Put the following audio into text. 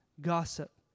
Gossip